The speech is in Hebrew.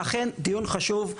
אכן דיון חשוב.